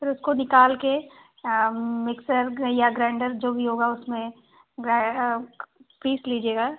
फिर उसको निकाल कर मिक्सर या ग ग्राइन्डर जो भी होगा उसमें पीस लीजिएगा